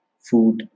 food